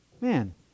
man